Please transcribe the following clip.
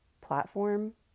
platform